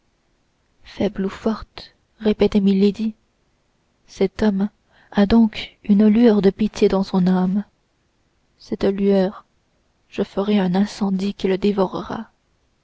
faible ou forte répétait milady cet homme a donc une lueur de pitié dans son âme de cette lueur je ferai un incendie qui le dévorera